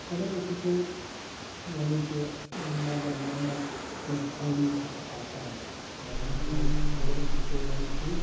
اگر أسۍ وٕچھو یعنی کہِ مطلب مےٚ منٛز کیٚنٛہہ خٲمی تہِ چھِ آسان یعنی کہِ اگر أسی وٕچھو گۄڈنٮ۪تھٕے